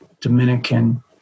Dominican